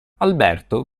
alberto